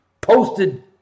posted